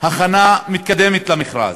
הכנה מתקדמת למכרז.